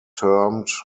termed